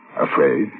afraid